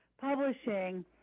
Publishing